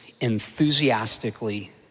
enthusiastically